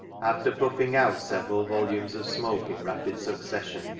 after puffing out several volumes of smoke in rapid succession,